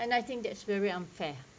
and I think that's very unfair